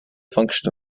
function